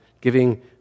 giving